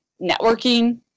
networking